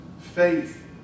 faith